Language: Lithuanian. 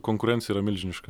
konkurencija yra milžiniška